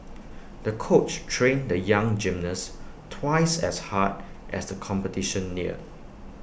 the coach trained the young gymnast twice as hard as the competition neared